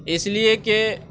اِس لیے کہ